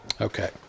Okay